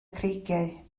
creigiau